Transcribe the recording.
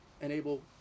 enable